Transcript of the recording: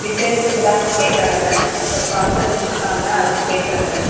விசேஸ்த்துக்கு தாங்க கேட்கறாங்க ஒரு ஃபங்க்ஷன் வச்சிருக்காங்க அதுக்கு கேட்கறங்க